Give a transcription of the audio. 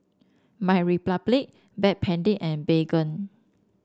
MyRepublic Backpedic and Baygon